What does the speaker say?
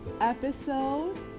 episode